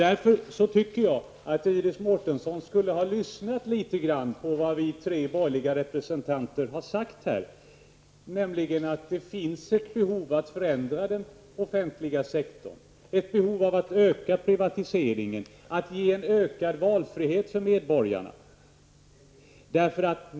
Därför borde Iris Mårtensson ha lyssnat litet grand på vad vi tre borgerliga representanter har sagt, nämligen att det finns ett behov av att förändra den offentliga sektorn, att öka privatiseringen och att ge en ökad valfrihet för medborgarna.